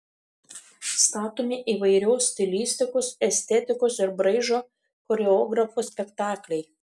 statomi įvairios stilistikos estetikos ir braižo choreografų spektakliai